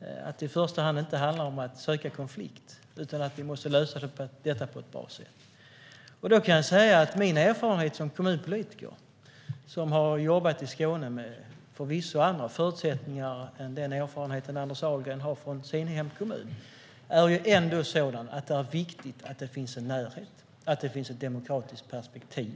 det inte i första hand handlar om att söka konflikt utan om att vi måste lösa detta på ett bra sätt. Jag kan säga att min erfarenhet som kommunpolitiker - jag har jobbat i Skåne med förvisso andra förutsättningar än den erfarenhet Anders Ahlgren har från sin hemkommun - ändå är att det är viktigt att det finns en närhet och ett demokratiskt perspektiv.